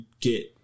get